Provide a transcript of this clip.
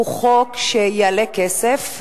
הוא חוק שיעלה כסף,